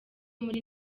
muri